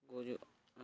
ᱵᱩᱡᱩᱜᱼ ᱟ